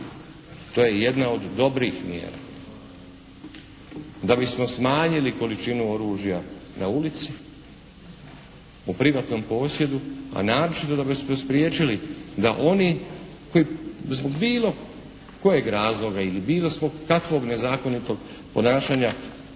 To je jedna od dobrih mjera. Da bismo smanjili količinu oružja na ulici u privatnom posjedu, a naročito da bismo spriječili da oni koji zbog bilo kojeg razloga ili bilo zbog kakvog nezakonitog ponašanja